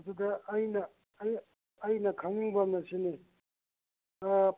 ꯑꯗꯨꯒ ꯑꯩꯅ ꯑꯩꯅ ꯈꯪꯅꯤꯡꯕ ꯑꯃꯁꯤꯅ ꯑꯥ